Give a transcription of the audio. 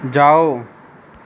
ਜਾਓ